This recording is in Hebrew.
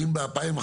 אם ב-2015.